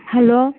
hello